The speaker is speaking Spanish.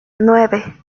nueve